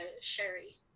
sherry